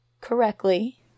correctly